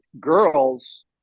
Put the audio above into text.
girls